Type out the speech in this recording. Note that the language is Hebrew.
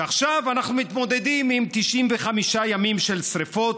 ועכשיו אנחנו מתמודדים עם 95 ימים של שרפות,